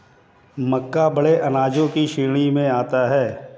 मक्का बड़े अनाजों की श्रेणी में आता है